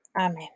Amen